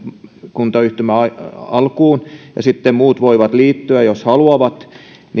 kuntayhtymä alkuun ja sitten muut voivat liittyä jos haluavat